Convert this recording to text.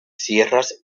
sierras